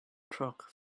truck